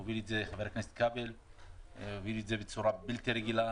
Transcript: הוביל את זה ח"כ כבל בצורה בלתי רגילה,